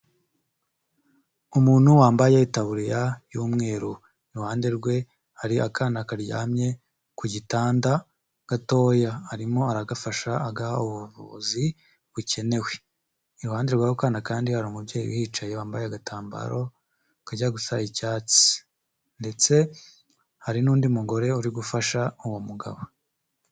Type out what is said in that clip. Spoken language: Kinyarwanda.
Umuntu wambaye itaburiya y'umweru, iruhande rwe hari akana karyamye ku gitanda gatoya arimo aragafasha agaha ubuvuzi bukenewe. Iruhande rw'ako kana kandi hari umubyeyi uhicaye wambaye agatambaro kajya gusa icyatsi. Ndetse hari n'undi mugore uri gufasha uwo mugabo.